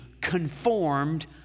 conformed